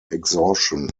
exhaustion